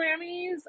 Grammys